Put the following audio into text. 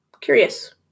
curious